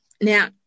now